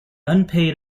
unpaid